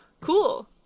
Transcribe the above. cool